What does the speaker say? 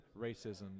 racism